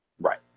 Right